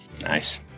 Nice